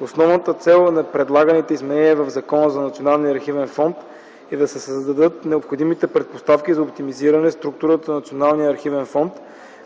Основната цел на предлаганите изменения в Закона за Националния архивен фонд е да се създадат необходимите предпоставки за оптимизиране структурата на Националния архивен фонд,